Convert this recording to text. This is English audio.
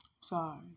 Sorry